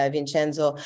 Vincenzo